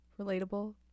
relatable